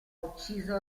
ucciso